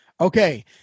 okay